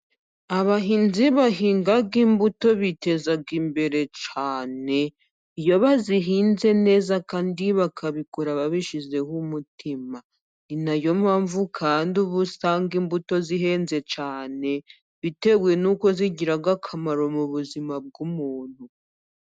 Abahinzi bahinga imbuto biteza imbere cyane, iyo bazihinze neza kandi bakabikora babishyizeho umutima, ni nayo mpamvu kandi ubu usanga imbuto zihenze cyane bitewe n'uko zigira akamaro mu buzima bw'umuntu.